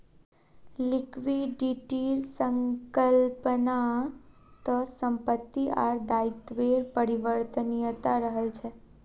लिक्विडिटीर संकल्पना त संपत्ति आर दायित्वेर परिवर्तनीयता रहछे